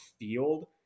field